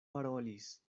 parolis